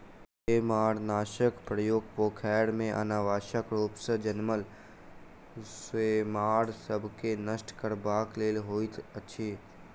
सेमारनाशकक प्रयोग पोखैर मे अनावश्यक रूप सॅ जनमल सेमार सभ के नष्ट करबाक लेल होइत अछि